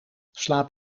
slaap